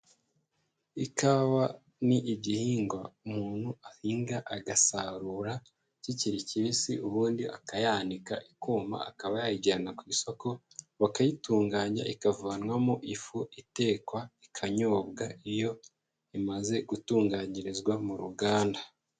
Ikawa ni igihingwa umuntu ahinga agasarura kikiri kibisi, ubundi akayanika ikuma akaba yayijyana ku isoko bakayitunganya ikavanwamo ifu itekwa ikanyobwa, iyo imaze gutunganyirizwa mu ruganda.